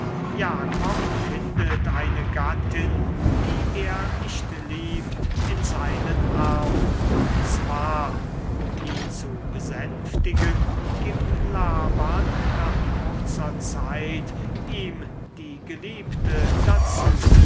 jakob findet eine gattin die er nicht liebt in seinen armen zwar um ihn zu besänftigen gibt laban nach kurzer zeit ihm die geliebte dazu